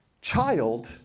child